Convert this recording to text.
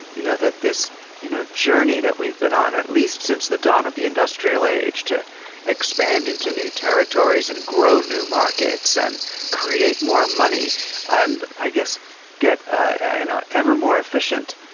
you know that this you know journey that we've been on at least since the dawn of the industrial age, to expand into new territories and grow new markets and create more money and i guess get and ever more efficient,